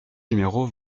numéro